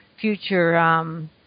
future